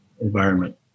environment